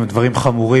דברים חמורים,